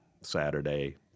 Saturday